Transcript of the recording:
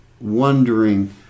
wondering